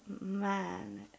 man